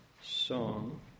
song